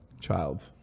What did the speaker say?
child